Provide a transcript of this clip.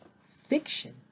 fiction